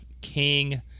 king